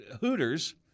Hooters